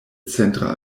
centra